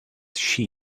sheep